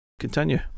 continue